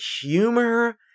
humor